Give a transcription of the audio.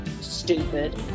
stupid